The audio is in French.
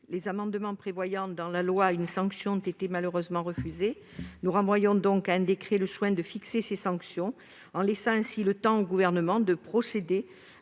Nos amendements visant à inscrire dans la loi une sanction ayant été malheureusement rejetés, nous renvoyons à un décret le soin de fixer ces sanctions, laissant ainsi le temps au Gouvernement de procéder